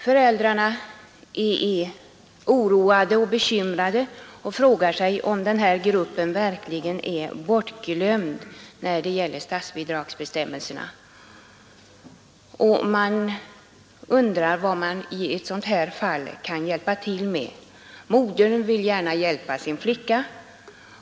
Föräldrarna är oroade och bekymrade och frågar sig om den här gruppen verkligen är bortglömd när det gäller statsbidragsbestämmelserna. Man undrar vad man i sådana här fall kan hjälpa till med. 9 Modern vill gärna hjälpa sin flicka.